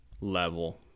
level